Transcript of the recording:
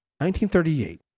1938